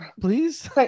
please